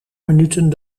minuten